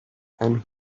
and